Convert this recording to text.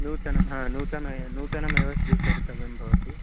नूतनं हा नूतनं नूतनमेव स्वीकर्तव्यं भवति